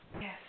Yes